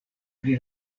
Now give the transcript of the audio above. pri